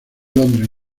londres